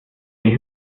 die